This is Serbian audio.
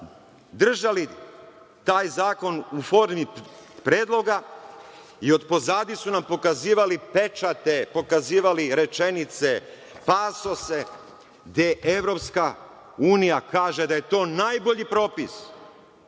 držali taj zakon u formi predloga i od pozadi su nam pokazivali pečate, pokazivali rečenice, pasuse gde EU kaže da je to najbolji propis,